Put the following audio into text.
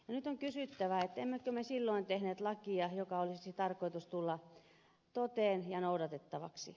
nyt on kysyttävä emmekö me silloin tehneet lakia jonka olisi tarkoitus tulla toteen ja noudatettavaksi